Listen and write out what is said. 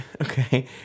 Okay